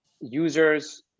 users